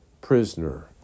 prisoner